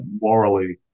morally